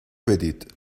بدید